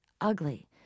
ugly